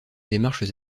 démarches